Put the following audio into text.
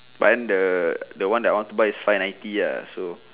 but then the the one that I want to buy is five ninety ah so